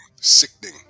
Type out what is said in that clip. Sickening